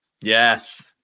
Yes